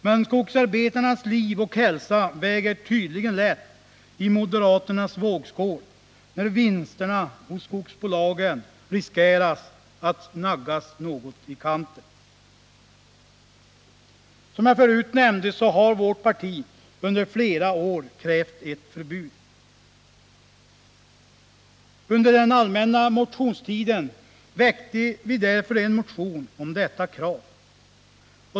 Men skogsarbetarnas liv och hälsa väger tydligen lätt i moderaternas vågskål, när vinsterna hos skogsbolagen riskerar att naggas något i kanten. Som jag förut nämnde har vårt parti under flera år krävt ett förbud. Under den allmänna motionstiden väckte vi en motion med detta krav.